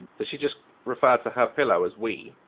did she just refer to her pillow as we?